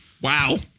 Wow